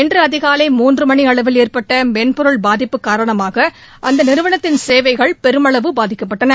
இன்று அதிகாலை மூன்று மணி அளவில் ஏற்பட்ட மென்பொருள் பாதிப்பு காரணமாக அந்த நிறுவனத்தின் சேவைகள் பெருமளவு பாதிக்கப்பட்டன